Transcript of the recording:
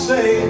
Say